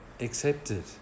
accepted